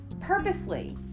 purposely